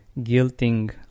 guilting